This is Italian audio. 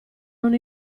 non